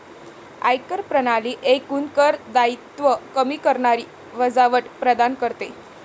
आयकर प्रणाली एकूण कर दायित्व कमी करणारी वजावट प्रदान करते